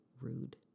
Rude